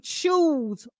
choose